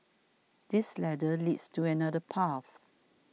this ladder leads to another path